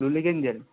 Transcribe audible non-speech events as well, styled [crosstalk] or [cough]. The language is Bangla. [unintelligible]